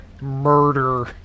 murder